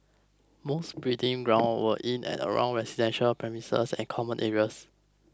most breeding grounds were in and around residential premises and common areas